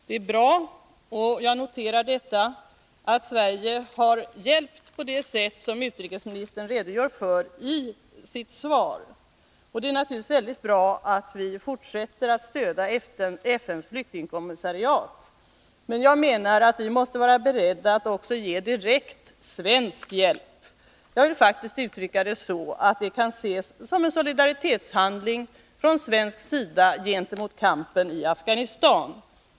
Jag noterar med tillfredsställelse att Sverige har hjälpt Pakistan på det sätt som utrikesministern redogör för i sitt svar. Det är naturligtvis mycket bra att vi fortsätter att stödja FN:s flyktingkommissariat. Men jag menar att vi måste vara beredda att också ge direkt svensk hjälp. Jag vill faktiskt uttrycka det så, att det kan ses som en solidaritetshandling från svensk sida för kampen i Afghanistan.